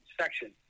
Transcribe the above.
section